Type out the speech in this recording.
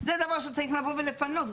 זה דבר שצריך לבוא ולפנות.